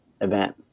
event